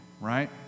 right